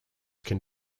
can